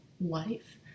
life